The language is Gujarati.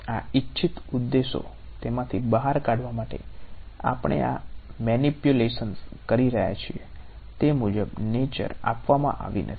આ ઇચ્છિત ઉદ્દેશો તેમાંથી બહાર કાઢવા માટે આપણે આ મેનિપ્યુલેશન્સઆપવામાં આવી નથી